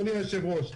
אדוני היושב-ראש,